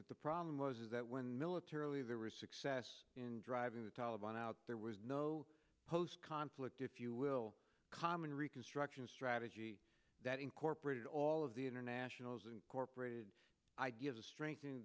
that the problem was is that when militarily there was success in driving the taliban out there was no post conflict if you will common reconstruction strategy that incorporated all of the internationals incorporated ideas of strengthen